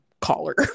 caller